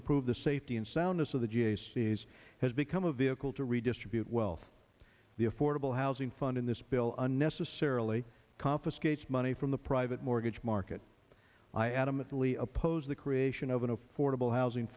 improve the safety and soundness of the j c s has become a vehicle to redistribute wealth the affordable housing fund in this bill unnecessarily confiscates money from the private mortgage market i adamantly opposed the creation of an affordable housing